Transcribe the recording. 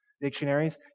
dictionaries